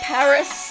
Paris